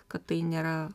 kad tai nėra